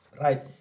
right